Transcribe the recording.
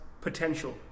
potential